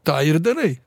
tą ir darai